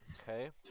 Okay